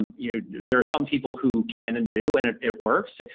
um you know there are some people who can and do and it it works.